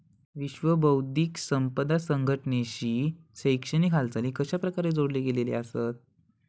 विश्व बौद्धिक संपदा संघटनेशी शैक्षणिक हालचाली कशाप्रकारे जोडले गेलेले आसत?